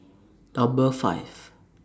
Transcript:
Number five